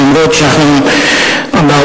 למרות שאנחנו באופוזיציה.